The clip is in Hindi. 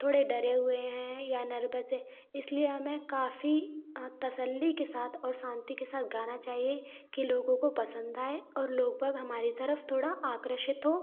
थोड़े डरे हुए हैं या नर्बस है इसलिए हमें काफ़ी तसल्ली के साथ और शांति के साथ गाना चाहिए कि लोगों को पसंद आए और लोग बाग़ हमारी तरफ थोड़ा आकर्षित हो